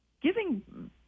Giving